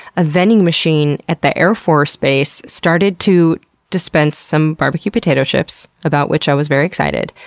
a vending machine at the airforce base started to dispense some barbecue potato chips, about which i was very excited,